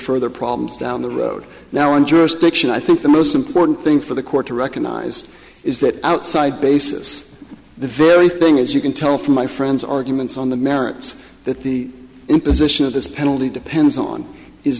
further problems down the road now in jurisdiction i think the most important thing for the court to recognize is that outside basis the very thing as you can tell from my friend's arguments on the merits that the imposition of this penalty depends on